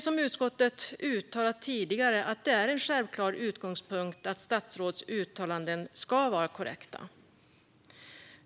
Som utskottet uttalat tidigare är det en självklar utgångspunkt att statsråds uttalanden ska vara korrekta.